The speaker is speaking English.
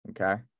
Okay